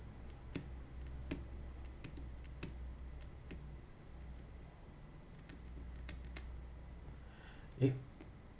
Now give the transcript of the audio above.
it